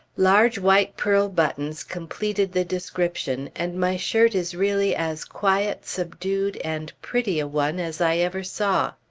large white pearl buttons completed the description, and my shirt is really as quiet, subdued, and pretty a one as i ever saw.